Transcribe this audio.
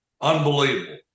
unbelievable